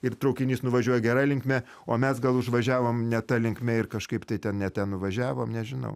ir traukinys nuvažiuoja gera linkme o mes gal užvažiavom ne ta linkme ir kažkaip tai ten ne ten nuvažiavom nežinau